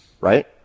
Right